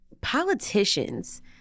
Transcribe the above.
politicians